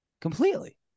completely